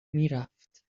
میرفت